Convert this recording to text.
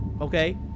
Okay